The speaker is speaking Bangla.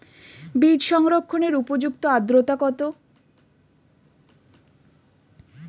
বীজ সংরক্ষণের উপযুক্ত আদ্রতা কত?